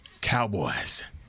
Cowboys